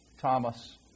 Thomas